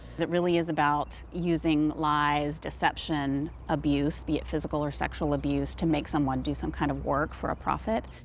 it really is about using lies, deception, abuse be it physical or sexual abuse to make someone do some kind of work for a profit.